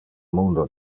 mundo